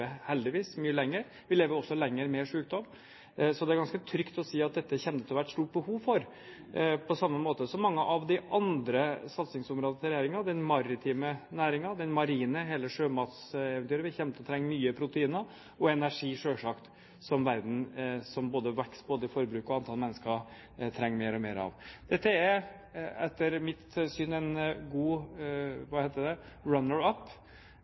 heldigvis – lever mye lenger. Vi lever også lenger med sykdom. Så det er ganske trygt å si at dette kommer det til å være et stort behov for, på samme måte som mange av de andre satsingsområdene til regjeringen, som den maritime næringen, den marine næringen – hele sjømatseventyret. Vi kommer til å trenge mye proteiner – og energi, selvsagt, som vekst i både forbruk og antall mennesker gjør at vi trenger mer av. Dette er etter mitt syn en god – hva heter det